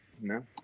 No